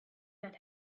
that